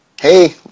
Hey